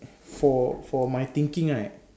for for my thinking right